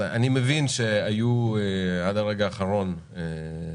אני מבין שעד הרגע האחרון היו